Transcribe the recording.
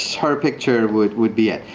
her picture would would be it.